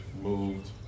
moved